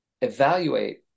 evaluate